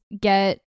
get